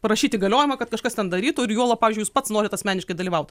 parašyt įgaliojimą kad kažkas ten darytų ir juolab pavyzdžiui pats norit asmeniškai dalyvaut